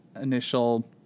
initial